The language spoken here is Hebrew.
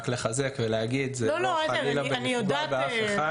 רק לחזק ולהגיד, זה לא חלילה לפגוע באף אחד.